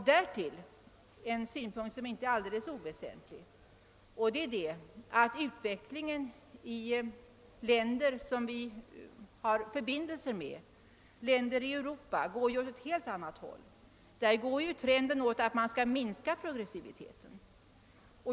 Därtill kommer en inte alldeles oväsentlig synpunkt, nämligen att utvecklingen i länder med vilka vi har förbindelse går åt ett helt annat håll. Trenden i dessa går mot minskad progressivitet.